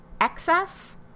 excess